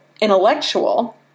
intellectual